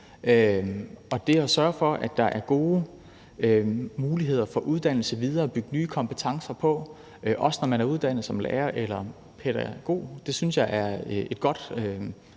Det at sørge for, at der er gode muligheder for uddanne sig videre og bygge nye kompetencer på, også når man er uddannet som lærer eller pædagog, synes jeg er et godt